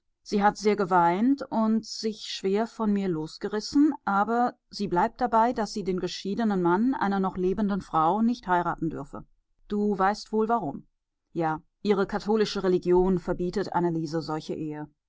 sie hat sehr geweint und sich schwer von mir losgerissen aber sie bleibt dabei daß sie den geschiedenen mann einer noch lebenden frau nicht heiraten dürfe du weißt wohl warum ja ihre katholische religion verbietet anneliese solche ehe